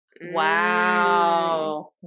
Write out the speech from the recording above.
Wow